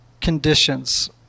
conditions